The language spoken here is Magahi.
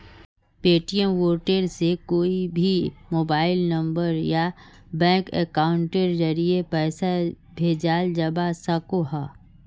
पेटीऍम वॉलेट से कोए भी मोबाइल नंबर या बैंक अकाउंटेर ज़रिया पैसा भेजाल जवा सकोह